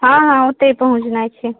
हँ हँ ओतय पहुँचनाइ छै